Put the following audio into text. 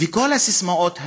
וכל הססמאות האלה.